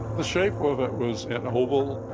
the shape of it was an oval,